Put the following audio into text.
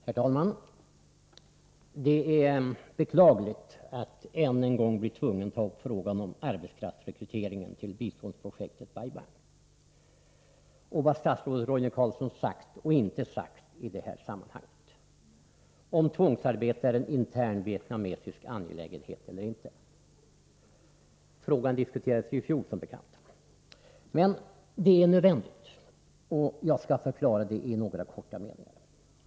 Herr talman! Det är beklagligt att än en gång bli tvungen att ta upp frågan om arbetskraftsrekryteringen till biståndsprojektet Bai Bang och vad statsrådet Roine Carlsson sagt och inte sagt i det sammanhanget om huruvida tvångsarbete är en intern vietnamesisk angelägenhet eller inte. Frågan diskuterades som bekant i fjol. Men det är nödvändigt att ta upp den igen, och jag skall förklara varför i några korta meningar.